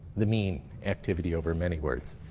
the mean activity over many words.